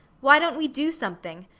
why don't we do something?